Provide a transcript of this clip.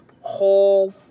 whole